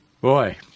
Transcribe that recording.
boy